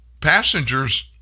passengers